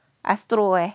astro eh